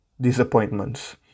disappointments